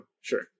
Sure